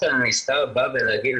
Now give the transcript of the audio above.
תציגו את זה